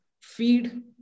feed